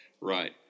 Right